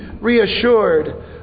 reassured